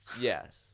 Yes